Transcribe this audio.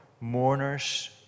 mourners